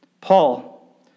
Paul